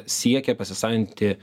siekia pasisavinti